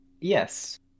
Yes